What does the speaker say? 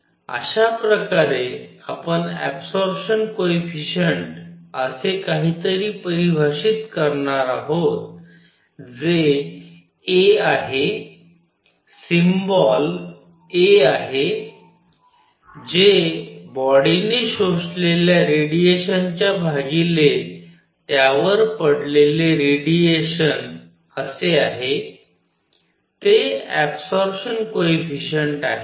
अशा प्रकारे आपण ऍबसॉरपशन कोएफिशिएंट असे काहीतरी परिभाषित करणार आहोत जे a आहे सिम्बॉल a आहे जे बॉडी ने शोषलेल्या रेडिएशनच्या भागिले त्यावर पडलेले रेडिएशन असे आहे ते ऍबसॉरपशन कोएफिशिएंट आहे